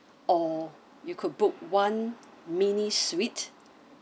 or you could book one mini suite